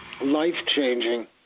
life-changing